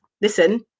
listen